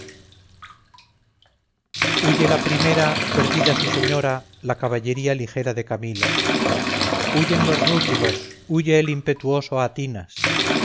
huye la primera perdida su señora la caballería ligera de camila huyen los rútulos huye el impetuoso atinas